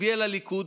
מצביע לליכוד,